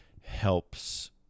helps